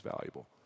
valuable